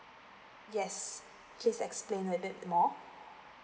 yes please explain a little bit more